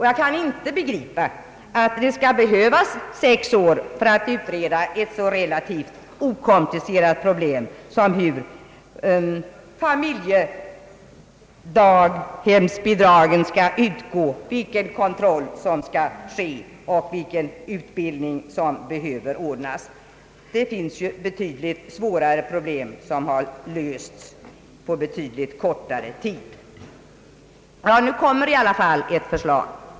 Jag kan inte begripa att det skall behöva ta sex år att utreda ett så relativt okomplicerat problem som frågan om hur familjedaghemsbidraget skall utgå, vilken kontroll som skall utövas och vilken utbildning som behöver ordnas. Det finns betydligt svårare problem som har lösts på betydligt kortare tid. Nu kommer i alla fall ett förslag.